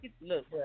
look